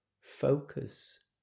focus